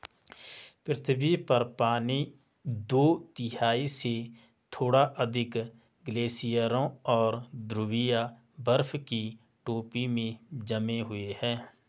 पृथ्वी पर पानी दो तिहाई से थोड़ा अधिक ग्लेशियरों और ध्रुवीय बर्फ की टोपी में जमे हुए है